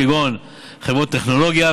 כגון חברות טכנולוגיה,